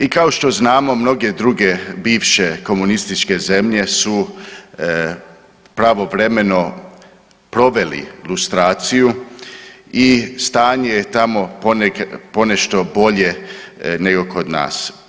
I kao što znamo mnoge druge bivše komunističke zemlje su pravovremeno proveli lustraciju i stanje je tamo ponešto bolje nego kod nas.